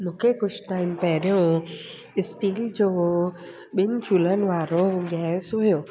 मूंखे कुझु टाइम पहिरियों स्टील जो ॿिनि चुल्हनि वारो गैस हुओ